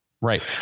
right